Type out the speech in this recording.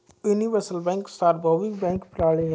universal bank सार्वभौमिक bank प्रणाली है